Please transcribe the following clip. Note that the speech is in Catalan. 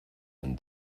han